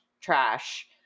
trash